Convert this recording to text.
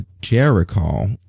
Jericho